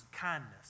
Kindness